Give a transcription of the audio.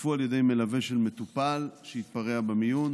הותקפו על ידי מלווה של מטופל שהתפרע במיון,